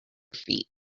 feet